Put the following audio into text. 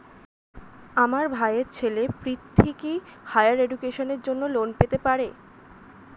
আমার ভাইয়ের ছেলে পৃথ্বী, কি হাইয়ার এডুকেশনের জন্য লোন পেতে পারে?